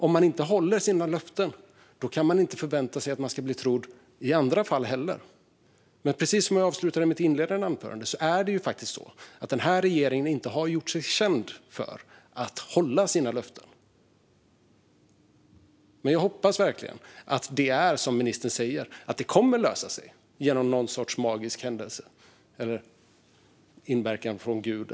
Om man inte håller sina löften kan man inte förvänta sig att bli trodd i andra sammanhang heller. Precis som jag sa i slutet av mitt inledningsanförande har regeringen faktiskt inte gjort sig känd för att hålla sina löften. Jag hoppas verkligen att det är som ministern säger och att det kommer att lösa sig - kanske genom magi eller inverkan från Gud.